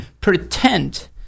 pretend